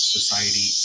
Society